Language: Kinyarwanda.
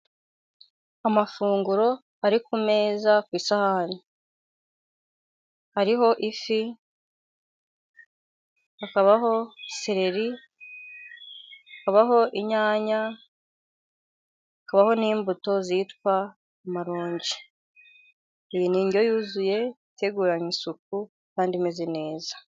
Amafunguro ari ku meza, ku isahani. Ariho ifi hakabaho seleri, hakabaho n'imbuto zitwa amaronji. Iyi ni indyo yuzuye, iteguranye isuku kandi imeze neza.